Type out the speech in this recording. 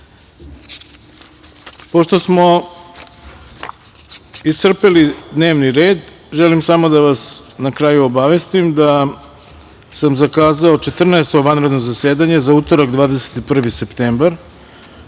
smo iscrpeli dnevni red, želim samo da vas na kraju obavestim da sam zakazao Četrnaesto vanredno zasedanje za utorak, 21. septembar,